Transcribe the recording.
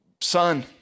son